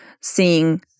seeing